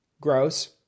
Gross